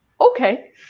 okay